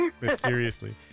Mysteriously